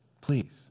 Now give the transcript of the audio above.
Please